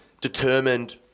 determined